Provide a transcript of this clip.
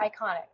iconic